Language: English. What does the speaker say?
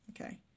Okay